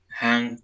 hang